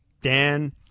Dan